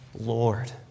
Lord